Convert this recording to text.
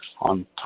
on